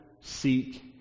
seek